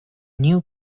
new